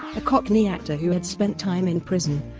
a cockney actor who had spent time in prison,